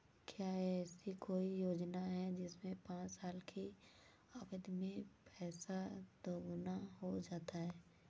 क्या ऐसी कोई योजना है जिसमें पाँच साल की अवधि में पैसा दोगुना हो जाता है?